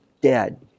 dead